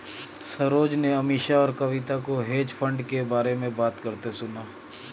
सरोज ने अमीषा और कविता को हेज फंड के बारे में बात करते सुना